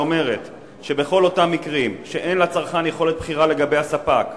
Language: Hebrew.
היא אומרת שבכל אותם מקרים שאין לצרכן יכולת בחירה לגבי הספק